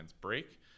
break